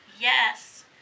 Yes